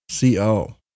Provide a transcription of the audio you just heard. Co